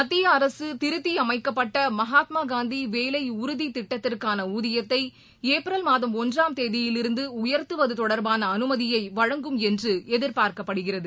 மத்திய அரசுதிருத்தியமைக்கப்பட்டமகாத்மாகாந்திவேலைஉறுதிதிட்டத்திற்கானஊதியத்தைஏப்ரல் மாதம் ஒன்றாம் தேதியிலிருந்தஉயர்த்துவதுதொடர்பானஅனுமதியைவழங்கும் என்றுஎதிர்பார்க்கப்படுகிறது